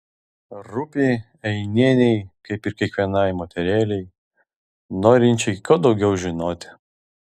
rūpi einienei kaip ir kiekvienai moterėlei norinčiai kuo daugiau žinoti